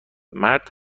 مرد